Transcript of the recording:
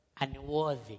unworthy